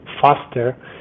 faster